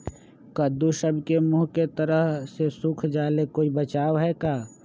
कददु सब के मुँह के तरह से सुख जाले कोई बचाव है का?